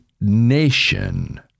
nation